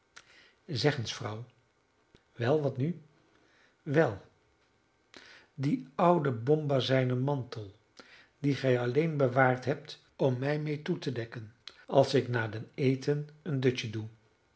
zeg eens vrouw wel wat nu wel dien ouden bombazijnen mantel dien gij alleen bewaard hebt om mij mee toe te dekken als ik na den eten een dutje doe